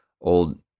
old